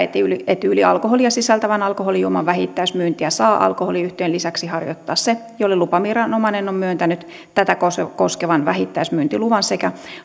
etyylialkoholia sisältävän alkoholijuoman vähittäismyyntiä saa alkoholiyhtiön lisäksi harjoittaa se jolle lupaviranomainen on myöntänyt tätä koskevan vähittäismyyntiluvan sekä